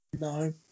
No